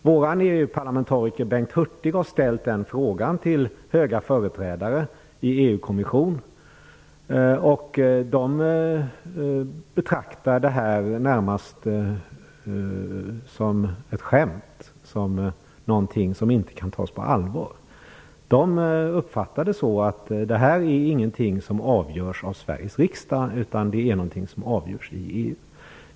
Vår EU parlamentariker Bengt Hurtig har ställt den frågan till högt uppsatta företrädare i EU-kommissionen, och de betraktar detta närmast som ett skämt och som någonting som inte kan tas på allvar. De uppfattar det så att det här inte är något som avgörs av Sveriges riksdag utan det avgörs i EU.